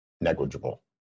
negligible